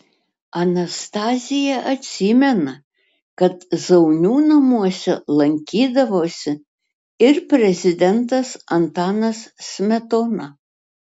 anastazija atsimena kad zaunių namuose lankydavosi ir prezidentas antanas smetona